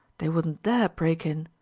they wouldn't dare break in.